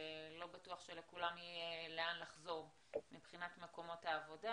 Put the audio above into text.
ולא בטוח שלכולם יהיה לאן לחזור מבחינת מקומות העבודה.